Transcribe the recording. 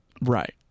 Right